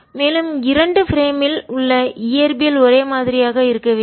மேலும் இரண்டு பிரேமில் சட்டகத்தில் உள்ள இயற்பியல் ஒரே மாதிரியாக இருக்க வேண்டும்